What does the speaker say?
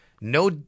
no